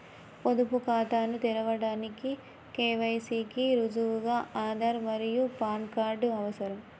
పొదుపు ఖాతాను తెరవడానికి కే.వై.సి కి రుజువుగా ఆధార్ మరియు పాన్ కార్డ్ అవసరం